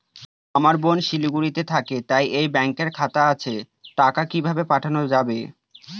আমার বোন শিলিগুড়িতে থাকে তার এই ব্যঙকের খাতা আছে টাকা কি ভাবে পাঠানো যাবে?